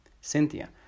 Cynthia